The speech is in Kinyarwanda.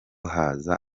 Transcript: haza